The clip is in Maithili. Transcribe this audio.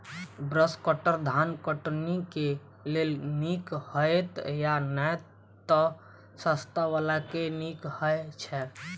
ब्रश कटर धान कटनी केँ लेल नीक हएत या नै तऽ सस्ता वला केँ नीक हय छै?